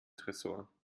tresor